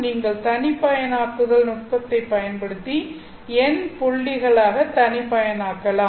நீங்கள் தனிப்பயனாக்குதல் நுட்பத்தைப் பயன்படுத்தி n புள்ளிகளாக தனிப்பயனாக்கலாம்